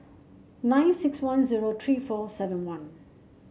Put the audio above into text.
nine six one zero three four seven one